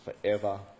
forever